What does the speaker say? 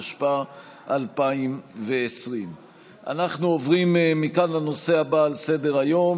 התשפ"א 2020. אנחנו עוברים מכאן לנושא הבא על סדר-היום